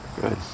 Good